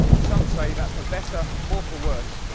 some say that for better or for worse,